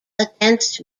against